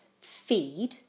feed